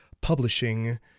publishing